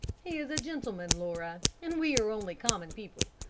he is a gentleman, laura, and we are only common people.